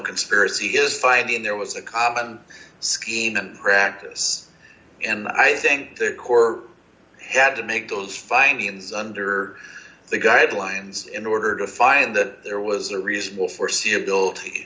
conspiracy is finding there was a common scheme and practice and i think the core had to make those findings under the guidelines in order to find that there was a reasonable foreseeability